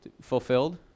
Fulfilled